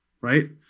right